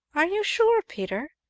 are you sure, peter?